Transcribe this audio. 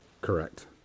Correct